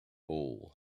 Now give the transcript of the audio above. hole